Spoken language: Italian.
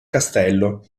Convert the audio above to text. castello